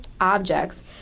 objects